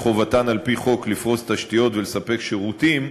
חובתן על-פי חוק לפרוס תשתיות ולספק שירותים,